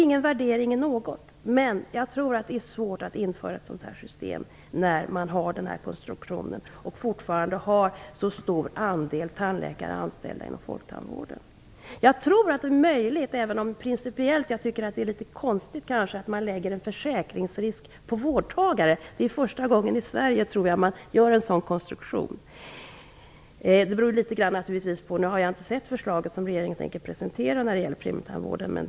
Utan värdering av någondera tror jag att det är svårt att införa ett sådant här system med den svenska konstruktionen, där fortfarande så stor andel tandläkare har anställning inom folktandvården. Jag tror att det är möjligt, även om det principiellt kanske är litet konstigt, att lägga en försäkringsrisk på vårdtagare. Jag tror att det är första gången som man i Sverige gör en sådan konstruktion. Jag nu inte sett det förslag till premietandvård som regeringen säkerligen kommer att presentera.